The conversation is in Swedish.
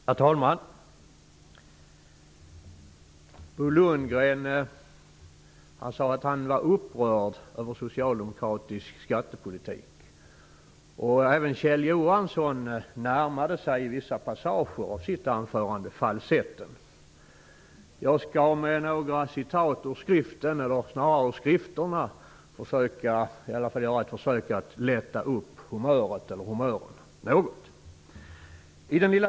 Herr talman! Bo Lundgren sade att han var upprörd över socialdemokratisk skattepolitik. Kjell Johanssons röst närmade sig i vissa passager i hans anförande falsett. Jag skall med några citat ur skrifterna göra ett försök att lätta upp humöret något.